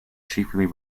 chiefly